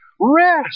Rest